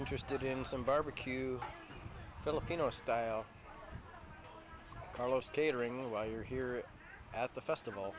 interested in some barbecue filipino style carlos catering while you're here at the festival